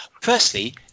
firstly